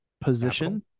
position